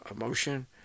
emotion